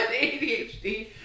ADHD